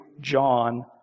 John